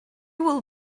will